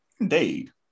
Indeed